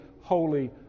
holy